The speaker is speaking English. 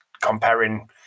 comparing